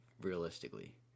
realistically